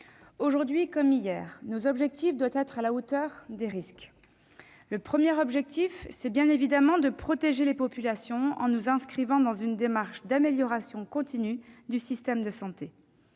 Aujourd'hui comme hier, nos objectifs doivent être à la hauteur des risques. Notre premier objectif est de protéger les populations en nous inscrivant dans une démarche d'amélioration continue du système de santé.